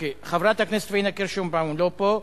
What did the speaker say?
חברת הכנסת פניה קירשנבאום לא פה.